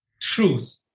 truth